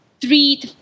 three